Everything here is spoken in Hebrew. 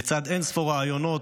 לצד אין-ספור רעיונות,